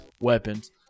weapons